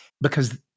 Because-